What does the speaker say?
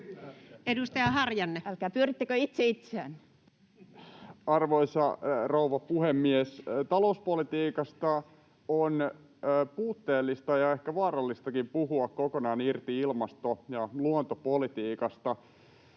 annettavista esityksistä Time: 15:56 Content: Arvoisa rouva puhemies! Talouspolitiikasta on puutteellista ja ehkä vaarallistakin puhua kokonaan irti ilmasto- ja luontopolitiikasta.